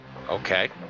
Okay